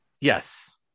Yes